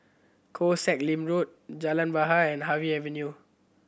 Koh Sek Lim Road Jalan Bahar and Harvey Avenue